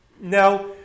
Now